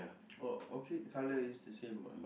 oh Orchid colour is the same what